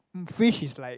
fish is like